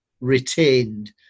retained